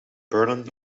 berlin